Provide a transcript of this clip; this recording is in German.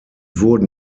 wurden